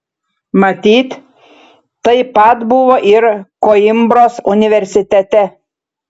matyt taip pat buvo ir koimbros universitete